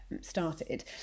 started